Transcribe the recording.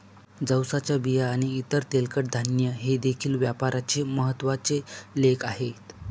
जवसाच्या बिया आणि इतर तेलकट धान्ये हे देखील व्यापाराचे महत्त्वाचे लेख आहेत